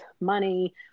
money